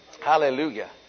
Hallelujah